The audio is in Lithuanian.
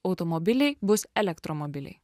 automobiliai bus elektromobiliai